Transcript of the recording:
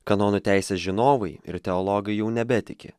kanonų teisės žinovai ir teologai jau nebetiki